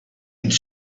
could